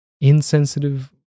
insensitive